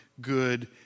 good